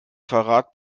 verrat